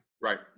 Right